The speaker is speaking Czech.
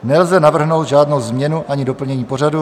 Nelze navrhnout žádnou změnu ani doplnění pořadu.